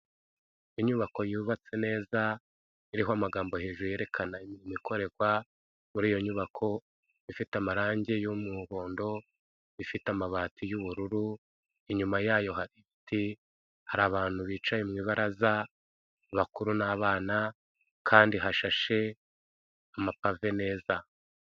Inyubako yubatse neza, iriho amagambo hejuru yerekana ibikorerwa muri iyo nyubako, ifite amarangi y'umuhondo, ifite amabati y'ubururu; inyuma yayo hari ibiti, hari abantu bicaye mu ibaraza, abakuru n'abana kandi hashashe amapave neza.